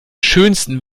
schönsten